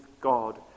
God